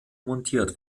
montiert